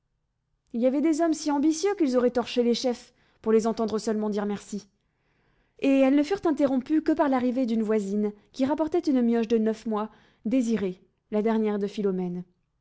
il y avait des hommes si ambitieux qu'ils auraient torché les chefs pour les entendre seulement dire merci et elles ne furent interrompues que par l'arrivée d'une voisine qui rapportait une mioche de neuf mois désirée la dernière de philomène